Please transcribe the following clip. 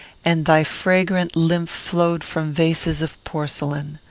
and thy fragrant lymph flowed from vases of porcelain.